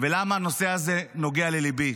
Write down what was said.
ולמה הנושא הזה נוגע לליבי.